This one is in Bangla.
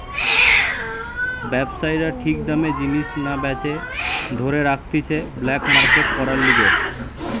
ব্যবসায়ীরা ঠিক দামে জিনিস না বেচে ধরে রাখতিছে ব্ল্যাক মার্কেট করার লিগে